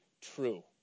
true